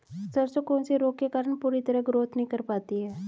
सरसों कौन से रोग के कारण पूरी तरह ग्रोथ नहीं कर पाती है?